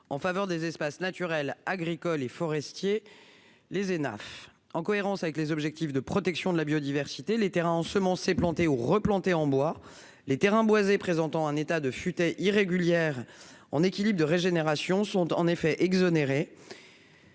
en faveur des espaces naturels, agricoles et forestiers. En cohérence avec les objectifs de protection de la biodiversité, les terrains ensemencés, plantés ou replantés en bois, les terrains boisés présentant un état de futaie irrégulière en équilibre de régénération sont en effet exonérés.